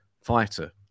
fighter